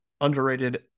underrated